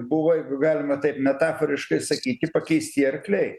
buvo jeigu galima taip metaforiškai sakyti pakeisti arkliai